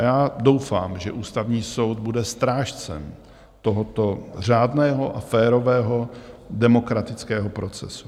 Já doufám, že Ústavní soud bude strážcem tohoto řádného a férového demokratického procesu.